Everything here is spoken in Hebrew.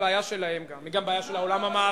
היא גם בעיה שלהם וגם בעיה של העולם המערבי.